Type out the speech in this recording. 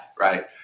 right